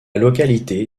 localité